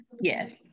Yes